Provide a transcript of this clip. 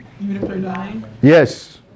Yes